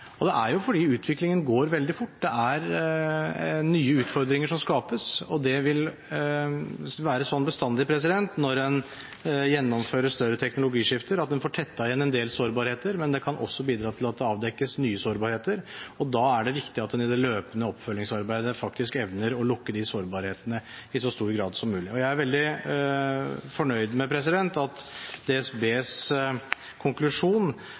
Det er fordi utviklingen går veldig fort, og det er nye utfordringer som skapes. Når en gjennomfører større teknologiskifter, vil det bestandig være slik at en får tettet igjen en del sårbarheter, men at det også kan bidra til at det avdekkes nye sårbarheter. Da er det viktig at en i det løpende oppfølgingsarbeidet faktisk evner å lukke de sårbarhetene i så stor grad som mulig. Jeg er veldig fornøyd med at DSBs konklusjon